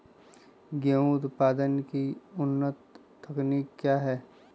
गेंहू उत्पादन की उन्नत तकनीक क्या है?